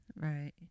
Right